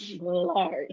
large